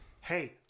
Hey